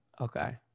Okay